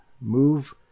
move